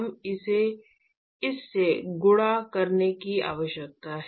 हमें इसे इससे गुणा करने की आवश्यकता है